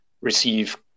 receive